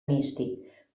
místic